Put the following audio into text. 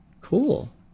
Cool